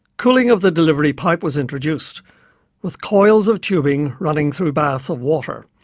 cooling of the delivery pipe was introduced with coils of tubing running through baths of water,